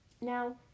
Now